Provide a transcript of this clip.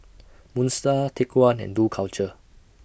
Moon STAR Take one and Dough Culture